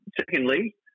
Secondly